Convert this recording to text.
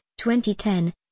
2010